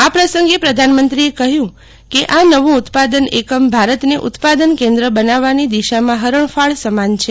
આ પ્રસંગે પ્રધાનમંત્રીએ કહ્યું કે આ નવું ઉત્પાદન એકમ ભારતને ઉત્પાદન કેન્દ્ર બનાવવાની દિશામાં હરણ઼ાળ સમાન છે